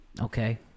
Okay